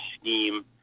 scheme